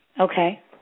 Okay